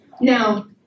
Now